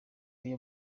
iyo